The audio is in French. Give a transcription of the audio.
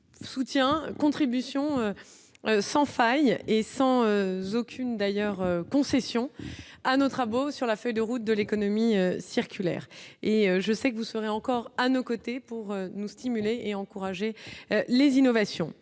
soutien contribution sans faille et sans aucune d'ailleurs concession à nos travaux sur la feuille de route de l'économie circulaire et je sais que vous serez encore à nos côtés pour nous stimuler et encourager les innovations